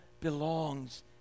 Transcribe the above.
belongs